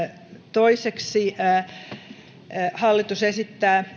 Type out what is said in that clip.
toiseksi hallitus esittää